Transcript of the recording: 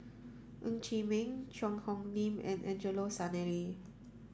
Ng Chee Meng Cheang Hong Lim and Angelo Sanelli